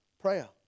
prayer